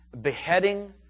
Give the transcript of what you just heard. beheading